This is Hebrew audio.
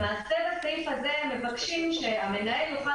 למעשה, בסעיף הזה מבקשים שהמנהל יוכל